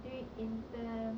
doing intern